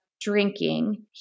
drinking